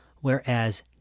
whereas